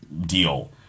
deal